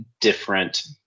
different